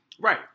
Right